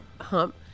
hump